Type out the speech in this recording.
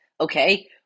Okay